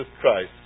Christ